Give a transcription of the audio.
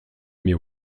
mais